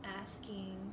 asking